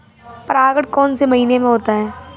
परागण कौन से महीने में होता है?